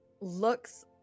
looks